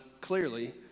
clearly